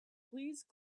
please